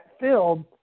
filled